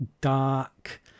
dark